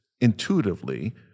intuitively